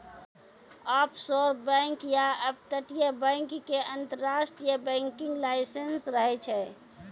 offshore bank या अपतटीय bank के अंतरराष्ट्रीय बैंकिंग लाइसेंस रहै छै